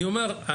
אני אומר,